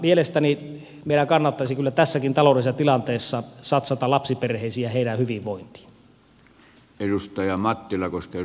mielestäni meidän kannattaisi kyllä tässäkin taloudellisessa tilanteessa satsata lapsiperheisiin ja heidän hyvinvointiinsa